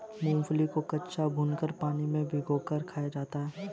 मूंगफली को कच्चा, भूनकर, पानी में भिगोकर खाया जाता है